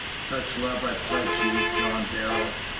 such love i pledge you, john darrell.